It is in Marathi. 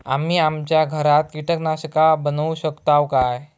आम्ही आमच्या घरात कीटकनाशका बनवू शकताव काय?